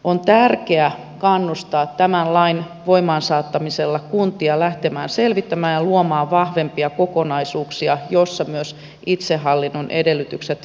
on tärkeää kannustaa tämän lain voimaansaattamisella kuntia lähtemään selvittämään ja luomaan vahvempia kokonaisuuksia joissa myös itsehallinnon edellytykset vahvistuvat